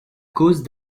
cause